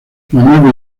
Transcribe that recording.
manuel